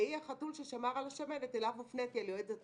והיא החתול ששמר על השמנת אליה הופניתי על-ידי